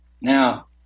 Now